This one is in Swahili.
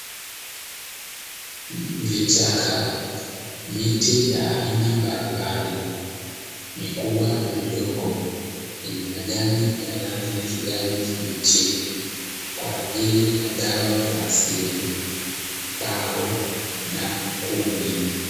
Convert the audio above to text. Vichaka, miti ya aina mbalimbali, mikubwa na midogo yenye rangi ya kijani kibichi kwa ajili ya dawa za asili mbao na kuni.